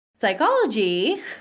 psychology